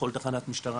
בכל תחנת משטרה